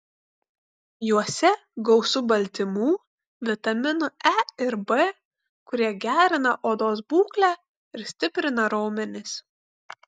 juose gausu baltymų vitaminų e ir b kurie gerina odos būklę ir stiprina raumenis